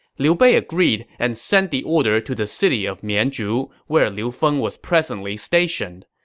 liu bei agreed and sent the order to the city of mianzhu, where liu feng was presently stationed.